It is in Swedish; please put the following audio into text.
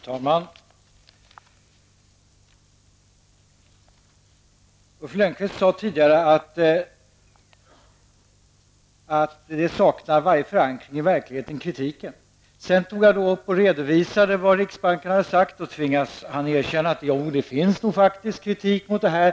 Herr talman! Ulf Lönnqvist sade tidigare att kritiken saknade varje förankring i verkligheten. Sedan redovisade han vad riksbanken har uttalat. Då tvingades han erkänna att det faktiskt förekommer kritik mot detta förslag.